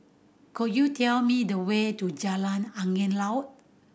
could you tell me the way to Jalan Angin Laut